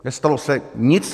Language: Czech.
Nestalo se nic.